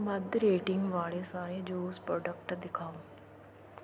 ਮੱਧ rating ਵਾਲੇ ਸਾਰੇ juice product ਦਿਖਾਓ